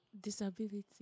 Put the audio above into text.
Disability